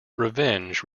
revenge